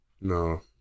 No